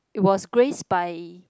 it was graced by